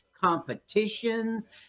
competitions